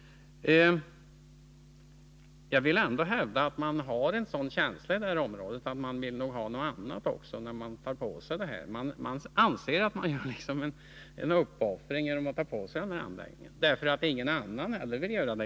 Jag vill ändå hävda att människor i området har en sådan känsla att de vill ha något i gengäld när de tar på sig att ha den här anläggningen. Människor anser att de gör uppoffringar genom att ta på sig den, därför att ingen annan i landet vill göra det.